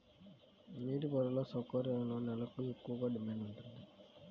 నీటి పారుదల సౌకర్యం ఉన్న నేలలకు ఎక్కువగా డిమాండ్ ఉంటుంది